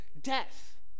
death